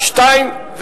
2,